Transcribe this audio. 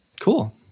cool